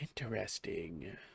interesting